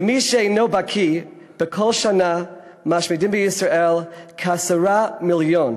למי שאינו בקי: בכל שנה משמידים בישראל כ-10 מיליון,